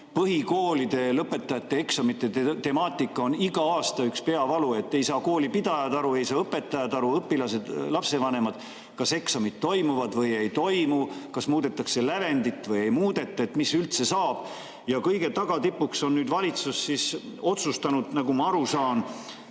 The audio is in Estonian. arvates. Põhikoolilõpetajate eksamite temaatika on iga aasta üks peavalu. Ei saa koolipidajad aru, ei saa õpetajad, õpilased ega lapsevanemad, kas eksamid toimuvad või ei toimu, kas muudetakse lävendit või ei muudeta, mis üldse saab. Ja tagatipuks on valitsus nüüd otsustanud, nagu ma aru saan,